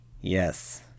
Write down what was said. Yes